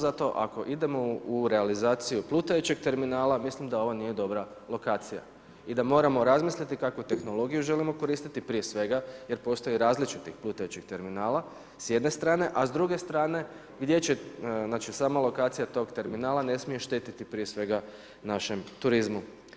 Zato ako idemo u realizaciju plutajućeg terminala, mislim da ovo nije dobra lokacija i da moramo razmisliti kakvu tehnologiju želimo koristiti prije svega jer postoje različiti plutajući terminali s jedne strane, a s druge strane gdje će znači sama lokacija tog terminala ne smije štetiti prije svega našem turizmu.